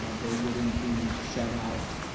um they wouldn't be shut out,